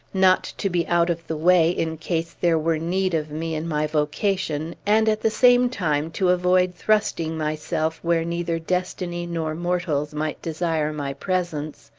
not to be out of the way in case there were need of me in my vocation, and, at the same time, to avoid thrusting myself where neither destiny nor mortals might desire my presence,